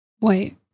Wait